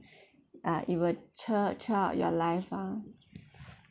uh it will cheer cheer up your life ah